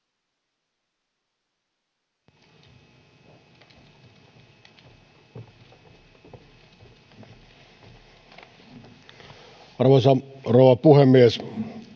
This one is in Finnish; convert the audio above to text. arvoisa rouva puhemies